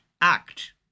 act